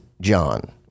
John